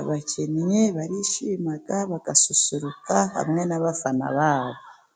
abakinnyi barishima bagasusuruka hamwe n'abafana babo.